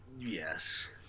Yes